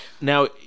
Now